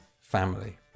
family